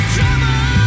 Trouble